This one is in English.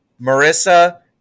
Marissa